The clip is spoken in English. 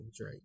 Right